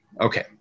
Okay